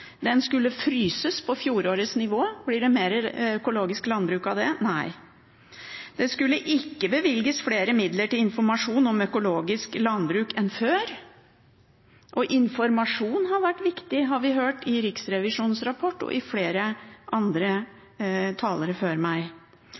skulle fryses på fjorårets nivå. Blir det mer økologisk landbruk av det? Nei. Det skulle ikke bevilges flere midler til informasjon om økologisk landbruk enn før, og informasjon har vært viktig, har vi sett i Riksrevisjonens rapport og hørt av flere andre